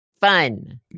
fun